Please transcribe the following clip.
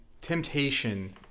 temptation